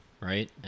right